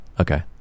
okay